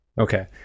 Okay